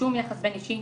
שום יחס אישי,